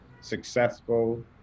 successful